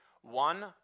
One